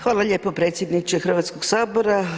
Hvala lijepo predsjedniče Hrvatskog sabora.